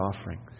offering